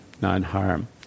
non-harm